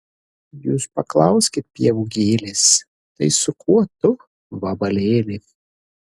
jūs paklauskit pievų gėlės tai su kuo tu vabalėli